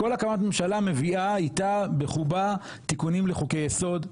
כל הקמת ממשלה מביאה איתה בחובה תיקונים לחוקי יסוד,